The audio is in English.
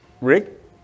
Rick